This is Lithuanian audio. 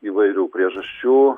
įvairių priežasčių